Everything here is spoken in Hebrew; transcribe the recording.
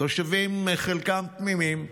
תושבים, חלקם תמימים,